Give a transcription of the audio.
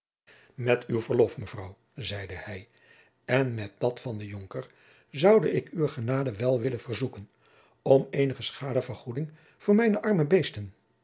met uw verlof mevrouw zeide hij en met dat van den jonker zoude ik uwe genade wel willen verzoeken om eenige schadevergoeding voor mijne arme beesten